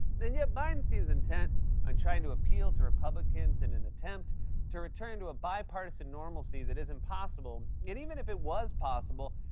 and yet biden seems intent on trying to appeal to republicans in an attempt to return to a bipartisan normalcy that is impossible. and even if it was possible,